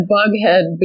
Bughead